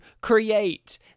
create